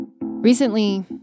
Recently